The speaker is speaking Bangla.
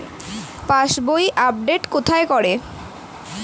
পাসবই আপডেট কোথায় করে?